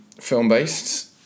film-based